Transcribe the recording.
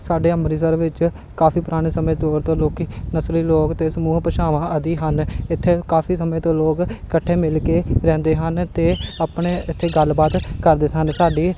ਸਾਡੇ ਅੰਮ੍ਰਿਤਸਰ ਵਿੱਚ ਕਾਫੀ ਪੁਰਾਣੇ ਸਮੇਂ ਤੌਰ ਤੋਂ ਲੋਕ ਨਸਲੀ ਲੋਕ 'ਤੇ ਸਮੂਹ ਭਾਸ਼ਾਵਾਂ ਆਦਿ ਹਨ ਇੱਥੇ ਕਾਫੀ ਸਮੇਂ ਤੋਂ ਲੋਕ ਇਕੱਠੇ ਮਿਲ ਕੇ ਰਹਿੰਦੇ ਹਨ ਅਤੇ ਆਪਣੇ ਇੱਥੇ ਗੱਲਬਾਤ ਕਰਦੇ ਸਨ ਸਾਡੀ